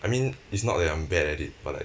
I mean it's not that I'm bad at it but like